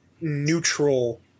neutral